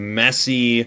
messy